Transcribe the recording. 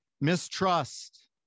mistrust